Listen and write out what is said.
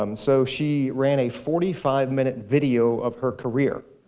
um so she ran a forty five minute video of her career.